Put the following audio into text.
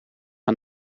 een